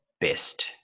best